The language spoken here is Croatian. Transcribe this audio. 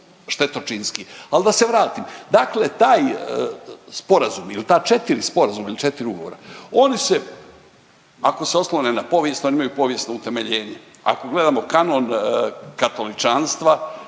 štetočinski. Al da se vratim, dakle taj sporazum il ta četiri sporazuma il četiri ugovora oni se ako se oslone na povijest oni imaju povijesno utemeljenje, ako gledamo kanon katoličanstva,